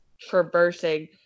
traversing